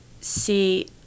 see